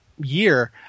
year